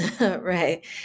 right